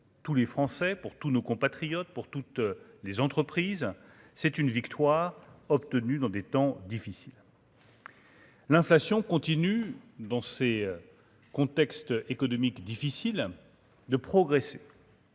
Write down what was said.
tous les Français pour tous nos compatriotes pour toutes les entreprises, c'est une victoire obtenue dans des temps difficiles. L'inflation continue danser contexte économique difficile de progresser.